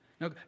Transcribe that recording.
No